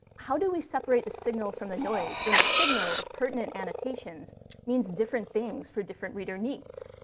how do we separate the signal from the noise when the signal of pertinent annotations means different things for different reader needs?